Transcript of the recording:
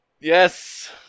yes